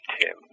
Tim